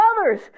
others